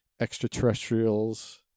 extraterrestrials